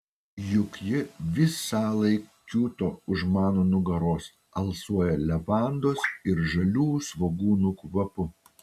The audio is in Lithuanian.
juk ji visąlaik kiūto už mano nugaros alsuoja levandos ir žalių svogūnų kvapu